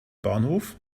bahnhof